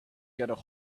get